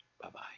bye-bye